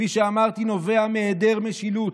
כפי שאמרתי, נובע מהיעדר משילות.